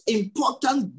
important